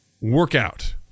workout